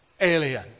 alien